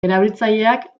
erabiltzaileak